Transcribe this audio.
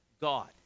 God